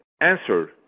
answer